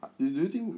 what do you think